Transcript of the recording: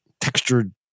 textured